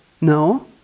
no